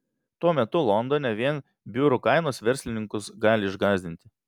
tuo metu londone vien biurų kainos verslininkus gali išgąsdinti